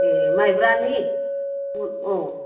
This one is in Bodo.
ए माइब्रानि औ